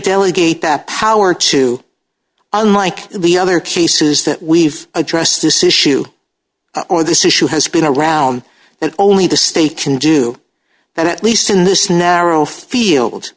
delegate that power to unlike the other cases that we've addressed this issue or this issue has been around that only the state can do that at least in this narrow field